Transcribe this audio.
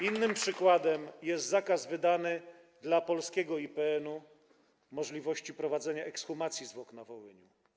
Innym przykładem jest zakaz wydany dla polskiego IPN-u co do możliwości prowadzenia ekshumacji na Wołyniu.